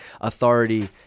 authority